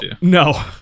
no